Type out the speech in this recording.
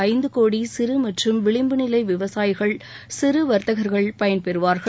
ஐந்து கோடி சிறு மற்றும் விளிம்பு நிலை விவசாயிகள் சிறு வர்த்தகர்கள் பயன்பெறுவார்கள்